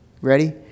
ready